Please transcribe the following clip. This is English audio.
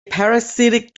parasitic